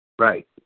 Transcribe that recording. Right